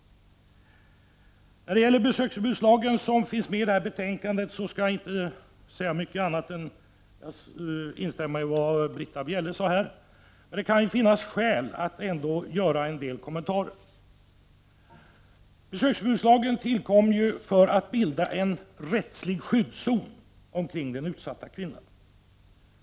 När det gäller besöksförbudslagen, som också behandlas i det föreliggande betänkandet, skall jag inte säga så mycket mer än att jag instämmer i vad Britta Bjelle sade här. Men det kan finnas skäl att göra en del kommentarer. Besöksförbudslagen tillkom för att bilda en rättslig skyddszon omkring den utsatta kvinnan.